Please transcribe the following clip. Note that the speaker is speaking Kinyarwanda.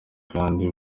kandi